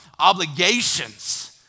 obligations